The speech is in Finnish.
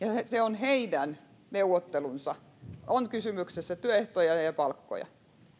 se on heidän neuvottelunsa kun kysymyksessä on työehtoja ja ja palkkoja